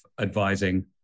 advising